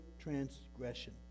transgression